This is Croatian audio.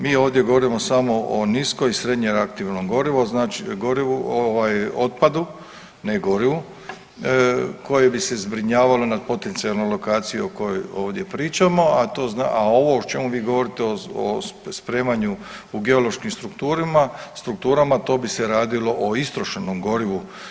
Mi ovdje govorimo samo o niskoj i srednje aktivnom gorivo, gorivu ovaj otpadu ne gorivu koje bi se zbrinjavalo na potencijalnoj lokaciji o kojoj ovdje pričamo, a to, a ovo o čemu vi govorite o spremanju u geološkim strukturama to bi se radilo o istrošenom gorivu.